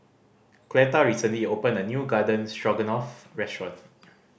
Cleta recently opened a new Garden Stroganoff restaurant